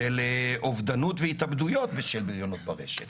של אובדנות והתאבדויות בשל בריונות ברשת